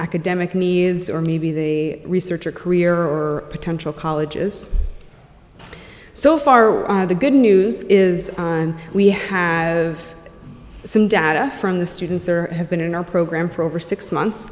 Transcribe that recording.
academic needs or maybe the research or career or potential colleges so far the good news is we have some data from the students or have been in our program for over six months